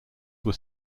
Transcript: were